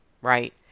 right